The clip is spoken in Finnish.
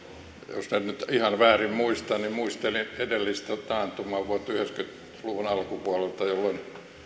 jos en nyt ihan väärin muista niin muistelin edellistä taantumaa yhdeksänkymmentä luvun alkupuolelta jolloin